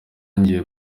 ngiye